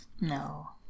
No